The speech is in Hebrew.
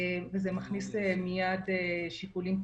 וזה מיד מכניס שיקולים פוליטיים,